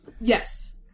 yes